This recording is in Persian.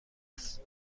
است